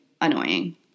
annoying